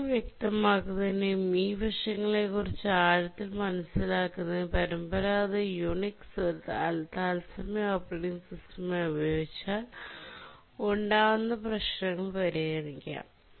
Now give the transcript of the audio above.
പ്രശ്നങ്ങൾ വ്യക്തമാക്കുന്നതിനും ഈ വശങ്ങളെക്കുറിച്ച് ആഴത്തിൽ മനസ്സിലാക്കുന്നതിനും പരമ്പരാഗത യുണിക്സ് ഒരു തത്സമയ ഓപ്പറേറ്റിംഗ് സിസ്റ്റമായി ഉപയോഗിച്ചാൽ ഉണ്ടാകാവുന്ന പ്രശ്നങ്ങൾ പരിഗണിക്കും